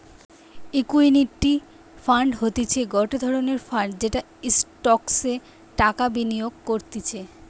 equity fund হতিছে গটে ধরণের ফান্ড যেটা স্টকসে টাকা বিনিয়োগ করতিছে